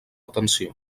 tensió